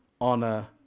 honor